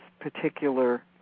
particular